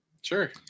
Sure